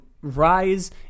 rise